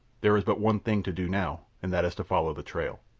there is but one thing to do now, and that is to follow the trail.